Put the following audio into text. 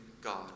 God